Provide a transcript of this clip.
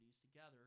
together